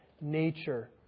nature